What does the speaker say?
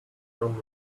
from